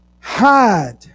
hide